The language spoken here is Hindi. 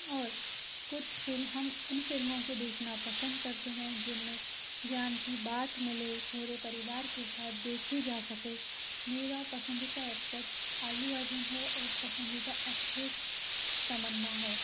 और कुछ हम उन फ़िल्मों को देखना पसंद करते हैं जिनमें ज्ञान की बात मिले पूरे परिवार के साथ देखी जा सके मेरा पसंदीता एक्टर अल्लू अर्जुन है और पसंदीदा एक्ट्रेस तमन्ना है